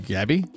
Gabby